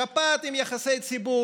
שפעת עם יחסי ציבור,